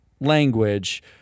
language